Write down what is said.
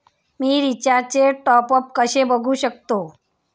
मी रिचार्जचे टॉपअप कसे बघू शकतो?